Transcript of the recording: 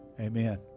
Amen